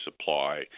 supply